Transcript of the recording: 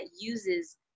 uses